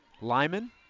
Lyman